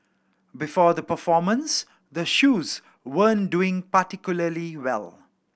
before the performance the shoes weren't doing particularly well